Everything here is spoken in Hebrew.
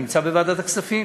אני נמצא בוועדת הכספים.